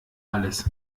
alles